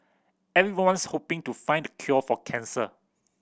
everyone's hoping to find the cure for cancer